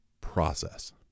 process